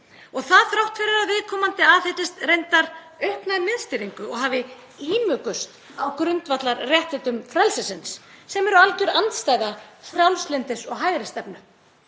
og það þrátt fyrir að viðkomandi aðhyllist reyndar aukna miðstýringu og hafi ímugust á grundvallarréttindum frelsisins, sem er algjör andstæða frjálslyndis og hægri stefnu.